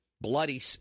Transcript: bloody